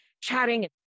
chatting